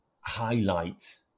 highlight